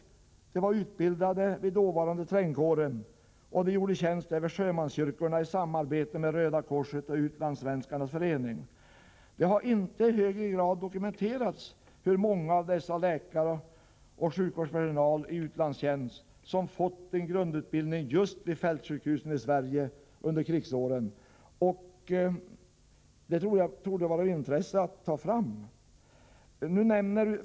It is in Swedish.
Dessa personer var utbildade vid dåvarande trängkåren och tjänstgjorde vid sjömanskyrkorna i samarbete med Röda korset och Utlandssvenskarnas förening. Det har inte i högre grad dokumenterats hur många av dessa läkare och denna sjukvårdspersonal i utlandstjänst som har fått en grundutbildning just vid fältsjukhusen i Sverige under krigsåren. Men det torde vara av intresse att ta fram sådana uppgifter.